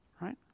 Right